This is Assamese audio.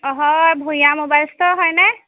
অ হয় ভূঞা মোবাইল ষ্ট'ৰ হয়নে